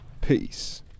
Peace